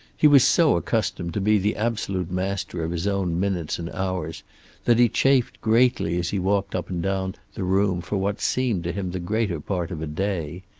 he was so accustomed to be the absolute master of his own minutes and hours that he chafed greatly as he walked up and down the room for what seemed to him the greater part of a day.